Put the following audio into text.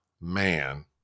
man